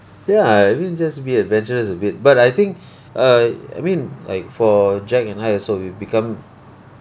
ya I mean just be adventurous a bit but I think err I mean like for jack and I also we've become